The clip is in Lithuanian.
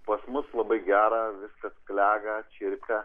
pas mus labai gera viskas klega čirpia